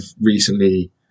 recently